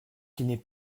qu’ils